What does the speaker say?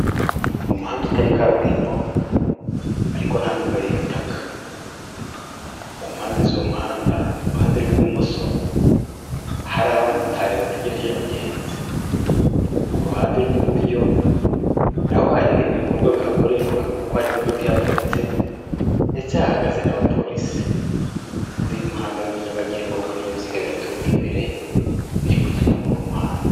Ni umuhanda utari kaburimbo ariko nta nubwo ari ibitaka, ku mpande zo muhanda iruhande rw'ibumoso hari abamotari bategereje abagenzi ku ruhande rw'iburyo naho hari ibindi bikorwa bihakorerwa kuko hari imodoka yaparitse ndetse yahagaze n'abapolisi muri uyu muhanda nyabagendwa ku binyabiziga biraturuka imbere biri kugenda muri uwo muhanda.